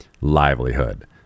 livelihood